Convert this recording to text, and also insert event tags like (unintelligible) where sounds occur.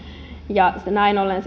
näin ollen (unintelligible)